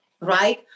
right